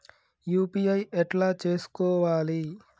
UPI ఎట్లా చేసుకోవాలి?